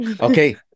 Okay